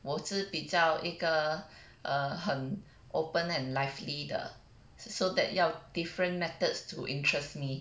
我是比较一个 err 很 open and lively 的 so that 要 different methods to interest me